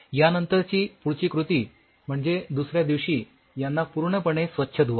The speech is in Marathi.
यानंतरची पुढील कृती म्हणजे दुसऱ्या दिवशी यांना पूर्णपणे स्वच्छ धुवा